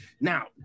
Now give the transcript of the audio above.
Now